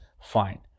fine